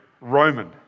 Roman